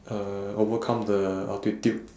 uh overcome the altitude